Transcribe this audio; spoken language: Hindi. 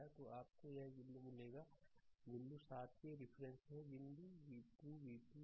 तो आपको यहां एक बिंदु मिलेगा बिंदु 7 के रिफरेंस में बिंदु 2 v2 6